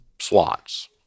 slots